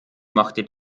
machte